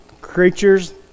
creatures